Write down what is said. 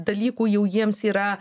dalykų jau jiems yra